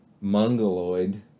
mongoloid